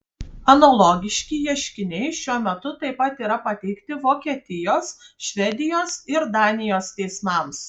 analogiški ieškiniai šiuo metu taip pat yra pateikti vokietijos švedijos ir danijos teismams